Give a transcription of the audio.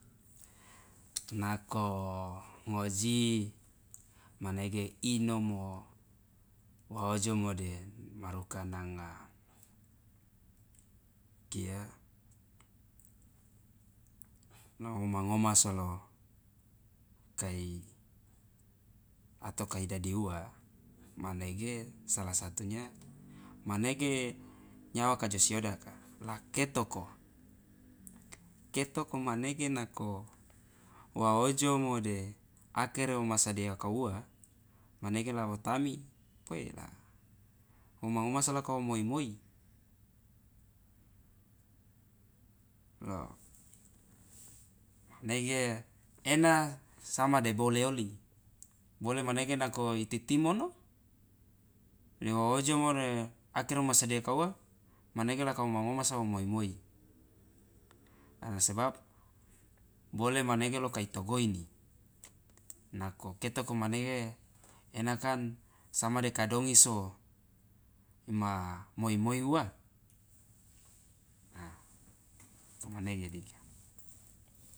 nako ngoji manege inomo wa ojomo de maruka nanga kia woma ngomasa lo kai ato kaidadi uwa manege sala satunya manege nyawa kajo siodaka la ketoko ketoko manege nako wa ojomo de akere womasadia kauwa manege la wo tami poi la woma ngomasa lo kawo moi- moi lo manege ena sama de bole oli bole manege nako ititimono de wo ojomo de akere womasadia kauwa manege la kawo mangomasa wa moi- moi sebab bole manege lo kai togoini nako ketoko manege ena kan sama de kadongi so ima moi- moi uwa a komanege dika.